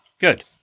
Good